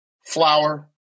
flour